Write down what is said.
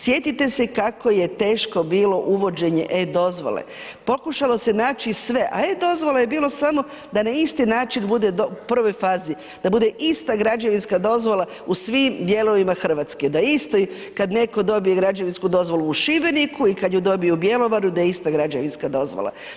Sjetite se kako je teško bilo uvođenje e-dozvole, pokušalo se naći sve, a e-dozvola je bilo samo da na isti način bude u prvoj fazi, da bude ista građevinska dozvola u svim dijelovima RH, da isto kad netko dobije građevinsku dozvolu u Šibeniku i kad ju dobije u Bjelovaru, da je ista građevinska dozvola.